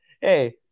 Hey